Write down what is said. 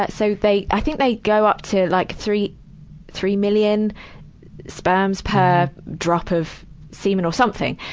but so they i think they go up to like three three million sperms per drop of semen or something.